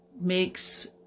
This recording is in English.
makes